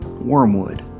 Wormwood